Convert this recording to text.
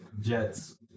Jets